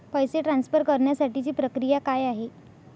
पैसे ट्रान्सफर करण्यासाठीची प्रक्रिया काय आहे?